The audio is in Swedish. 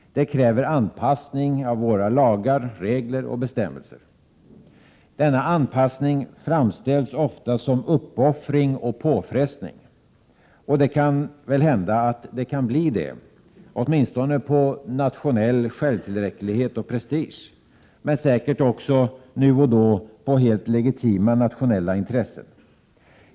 Detta kräver anpassning av våra lagar, regler och bestämmelser. Denna anpassning framställs ofta som uppoffring och påfrestning. Och det kan väl hända att den kan bli en påfrestning — åtminstone på nationell självtillräcklighet och prestige — men säkert också nu och då på helt legitima nationella intressen.